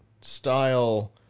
style